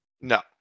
No